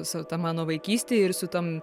su ta mano vaikyste ir su tom